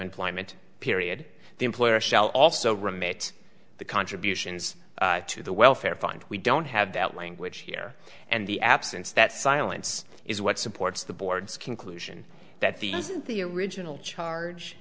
employment period the employer shall also remain the contributions to the welfare fund we don't have that language here and the absence that silence is what supports the board's conclusion that the original charge